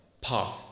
path